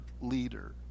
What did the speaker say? leader